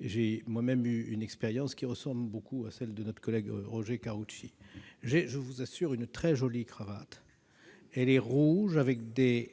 j'ai moi-même eu une expérience qui ressemble beaucoup à celle de notre collègue Roger Karoutchi. Je possède une très jolie cravate : elle est rouge, avec des